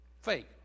Fake